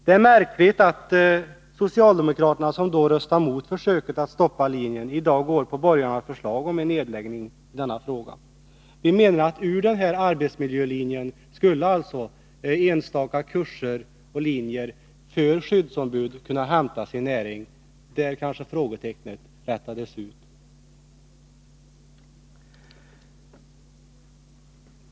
Det är märkligt att socialdemokraterna — som då röstade mot försöket att stoppa linjen — i dag går på borgarnas förslag om en nedläggning. Vi menar att enstaka kurser och linjer för skyddsombud skulle kunna hämta näring från den här arbetsmiljölinjen.